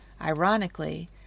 Ironically